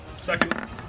Second